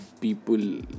people